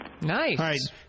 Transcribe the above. Nice